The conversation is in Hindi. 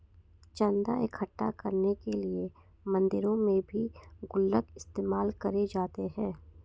चन्दा इकट्ठा करने के लिए मंदिरों में भी गुल्लक इस्तेमाल करे जाते हैं